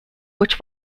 which